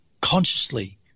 Consciously